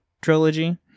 trilogy